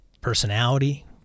personality